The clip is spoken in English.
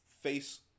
face